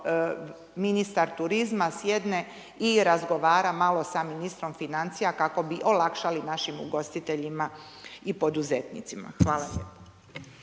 ministar turizma sjedne i razgovara malo sa ministrom financija, kako bi olakšali našim ugostiteljima i poduzetnicima. Hvala